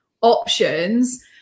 options